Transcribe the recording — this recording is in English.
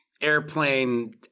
Airplane